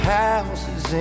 houses